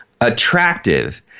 attractive